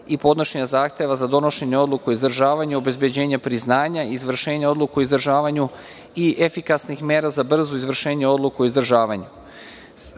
i podnošenja zahteva za donošenje odluke o izdržavanju, obezbeđenja priznanja, izvršenje odluke o izdržavanju i efikasnih mera za brzo izvršenje odluke o izdržavanju. Time